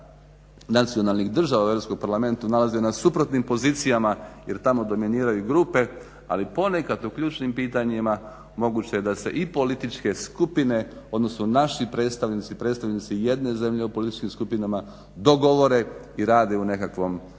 nacionalnih država u Europskom parlamentu nalaze na suprotnim pozicijama jer tamo dominiraju grupe. Ali ponekad u ključnim pitanjima moguće je da se i političke skupine, odnosno naši predstavnici, predstavnici jedne zemlje u političkim skupinama dogovore i rade u nekakvom